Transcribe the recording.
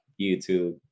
YouTube